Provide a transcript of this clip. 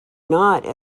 not